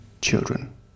children